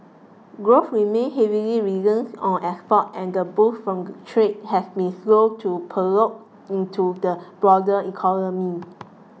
growth remain heavily reliant on exports and the boost from trade has been slow to percolate into the broader economy